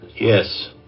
Yes